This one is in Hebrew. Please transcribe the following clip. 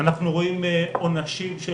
אנחנו רואים עונשים של